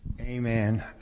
Amen